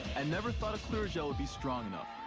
i never thought a clear gel would be strong enough.